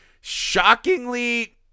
shockingly